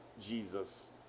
Jesus